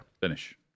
Finish